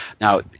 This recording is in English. Now